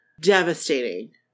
devastating